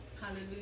Hallelujah